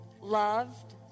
loved